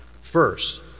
first